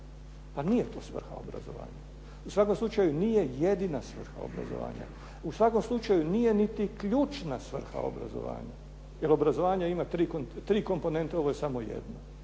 Pa nije to svrha obrazovanja. U svakom slučaju nije jedina svrha obrazovanja. U svakom slučaju nije niti ključna svrha obrazovanja, jer obrazovanja ima tri komponente, ovo je samo jedna.